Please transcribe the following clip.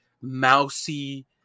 mousy